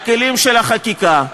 הכלים של החקיקה,